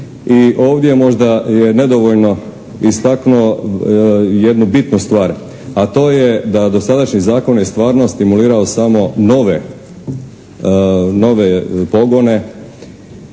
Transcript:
i ovdje možda je nedovoljno istaknuo jednu bitnu stvar, a to je da dosadašnji zakon je stvarno stimulirao samo nove pogone,